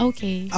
Okay